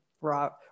raw